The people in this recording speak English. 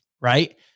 right